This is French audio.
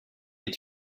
est